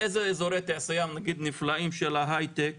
באיזה אזור תעשייה נפלאים של ההייטק